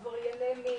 עבריינים,